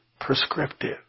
prescriptive